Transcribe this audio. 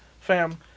fam